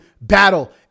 battle